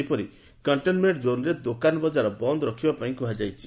ସେହିପରି କଣ୍ଟେନ୍ମେଣ୍ଟ ଜୋନ୍ରେ ଦୋକାନ ବଜାର ବନ୍ଦ ରଖିବା ପାଇଁ କୁହାଯାଇଛି